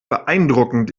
beeindruckend